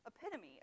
epitome